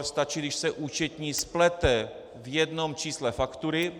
Stačí, když se účetní splete v jednom čísle faktury.